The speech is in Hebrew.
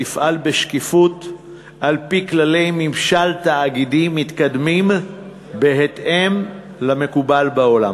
תפעל בשקיפות על-פי כללי ממשל תאגידי מתקדמים בהתאם למקובל בעולם.